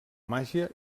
màgia